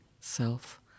self